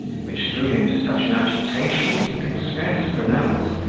which threw him into such an agitation that he could scarce pronounce,